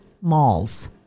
malls